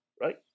Right